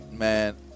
Man